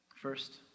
First